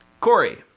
Corey